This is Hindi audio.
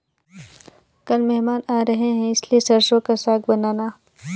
कल मेहमान आ रहे हैं इसलिए सरसों का साग बनाना